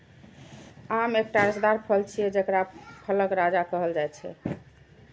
आम एकटा रसदार फल छियै, जेकरा फलक राजा कहल जाइ छै